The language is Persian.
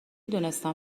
دونستم